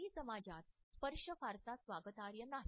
चिनी समाजात स्पर्श फारसा स्वागतार्ह नाही